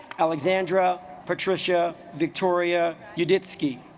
alexandra patricia victoria you dip sookie